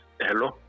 Hello